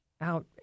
out